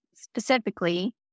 Specifically